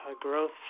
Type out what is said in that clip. growth